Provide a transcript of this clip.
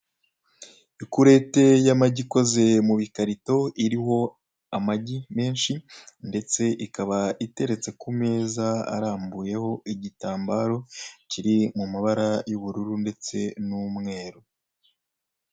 Ikureti y'amagi ikozwe mu bikarito iriho amagi menshi ndetse ikaba iteretse ku meza arambuyeho igitambaro kiri mu mabara y'ubururu ndetse n'umweru.